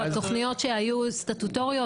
תוכניות סטטוטוריות,